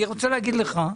אני רוצה להגיד לך.